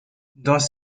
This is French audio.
dans